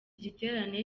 giterane